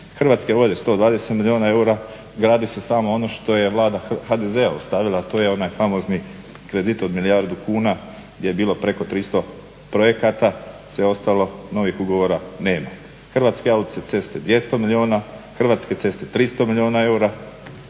Hrvatske vode 120 milijuna eura gradi se samo ono što je Vlada HDZ-a ostavila, a to je onaj famozni kredit od milijardu kuna gdje je bilo preko 300 projekata. Sve ostalo novih ugovora nema. Hrvatske autoceste 200 milijuna, Hrvatske ceste 300 milijuna eura.